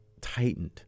tightened